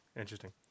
Interesting